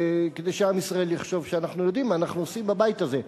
כדי שעם ישראל ידע שאנחנו יודעים מה אנחנו עושים בבית הזה.